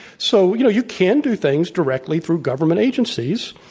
so, you know, you can do things directly through government agencies.